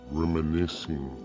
reminiscing